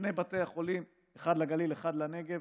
שני בתי החולים, אחד לגליל ואחד לנגב,